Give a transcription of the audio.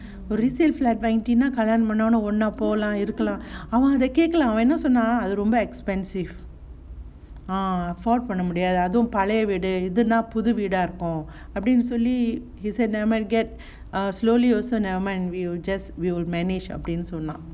a resale flat வாங்கீட்டீன்ன கல்யாணம் பண்ணா ஒன்ன போலாம் இருக்கலாம் அவன் அத கேக்கல அவன் என்ன சொன்னா அது ரொம்ப:vangeetteenna kalayaanam panna onnaa polaaam irukkalaam avan atha kekkala ava ennaa sonna athu romba expensive ah அதுவும் பழைய வீடு இதுநா புது வீடா இருக்கும்:athuvum pazhaya veeda ithunaa puthu veedaa irukkum he said never mind get err slowly also never mind we'll just we'll manage அப்டின்னு சொன்ன:apdinnu sonna